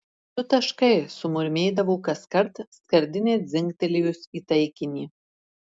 du taškai sumurmėdavo kaskart skardinei dzingtelėjus į taikinį